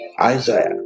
Isaiah